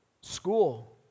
school